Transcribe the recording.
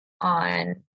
on